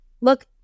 look